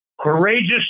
courageous